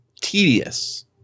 tedious